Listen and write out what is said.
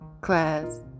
class